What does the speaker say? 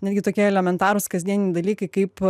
netgi tokie elementarūs kasdieniniai dalykai kaip